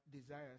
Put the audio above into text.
desires